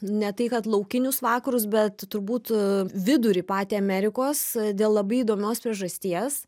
ne tai kad laukinius vakarus bet turbūt vidurį patį amerikos dėl labai įdomios priežasties